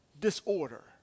disorder